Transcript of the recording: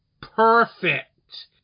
perfect